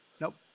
Nope